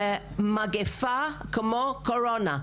זה מגפה כמו קורונה.